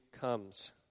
comes